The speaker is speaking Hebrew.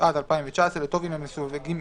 התשע"ט 2019, לטובין המסווגים